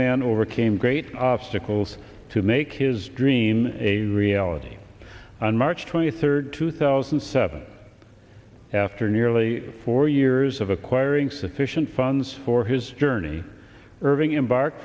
man overcame great obstacles to make his dream a reality on march twenty third two thousand and seven after nearly four years of acquiring sufficient funds for his journey irving embark